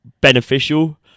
beneficial